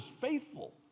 faithful